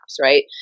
right